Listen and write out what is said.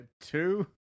two